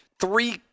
three